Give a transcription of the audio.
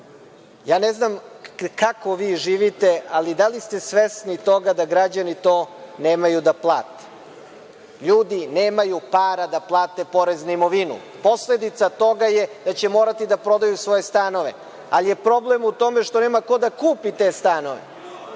200%.Ne znam kako vi živite, ali da li ste svesni toga da građani to nemaju da plate? Ljudi nemaju para da plate porez na imovinu. Posledica toga je da će morati da prodaju svoje stanove, ali je problem u tome što nema ko da kupi te stanove.